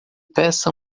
peça